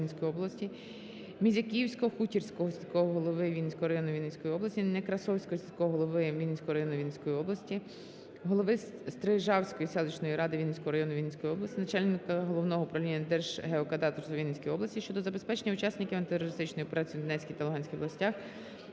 Вінницької області, Мізяківсько-Хутірського сільського голови Вінницького району Вінницької області, Некрасовського сільського голови Вінницького району Вінницької області, голови Стрижавської селищної ради Вінницького району Вінницької області, начальника Головного управління Держгеокадастру у Вінницькій області щодо забезпечення учасників антитерористичної операції в Донецькій та Луганській областях